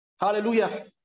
Hallelujah